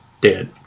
dead